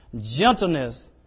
gentleness